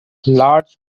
large